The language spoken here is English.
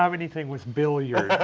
um anything with billiards.